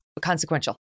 consequential